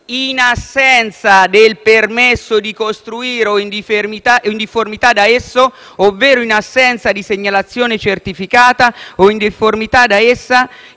in assenza del permesso di costruire o in difformità da esso, ovvero in assenza di segnalazione certificata (…) o in difformità da essa,